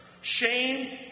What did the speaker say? Shame